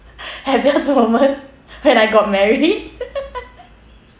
happiest moment when I got married